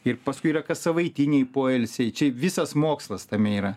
ir paskui yra kassavaitiniai poilsiai čia visas mokslas tame yra